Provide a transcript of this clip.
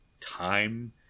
time